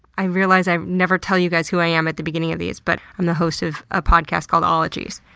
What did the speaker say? i realized i never tell you guys who i am at the beginning of these, but i'm the host of a podcast called ologies.